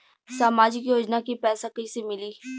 सामाजिक योजना के पैसा कइसे मिली?